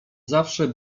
zawsze